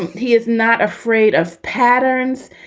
he is not afraid of patterns.